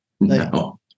No